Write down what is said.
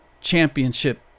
championship